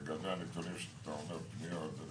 לגבי הנתונים שאתה אומר פניות,